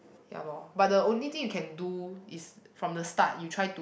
ya lor but the only thing you can do is from the start you try to